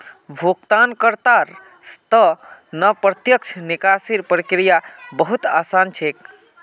भुगतानकर्तार त न प्रत्यक्ष निकासीर प्रक्रिया बहु त आसान छेक